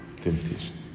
temptation